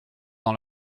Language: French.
dans